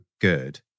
good